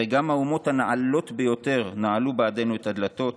הרי גם האומות הנעלות ביותר, נעלו בעדנו את הדלתות